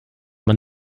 man